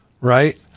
right